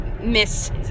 Miss